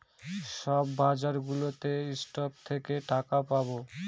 সব বাজারগুলোতে স্টক থেকে টাকা পাবো